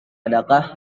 adakah